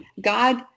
god